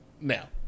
now